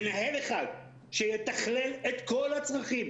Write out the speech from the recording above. מנהל אחד שיתכלל את כל הצרכים.